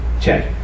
Check